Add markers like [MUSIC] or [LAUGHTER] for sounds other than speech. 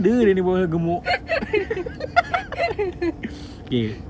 [LAUGHS]